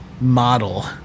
model